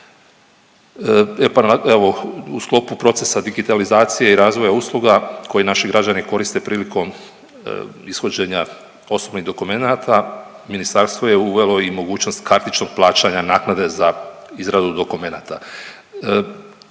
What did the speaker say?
u sklopu procesa digitalizacije i razvoja usluga koji naši građani koriste prilikom ishođenja osobnih dokumenata, ministarstvo je uvelo i mogućnost kartičnog plaćanja naknade za izradu dokumenata.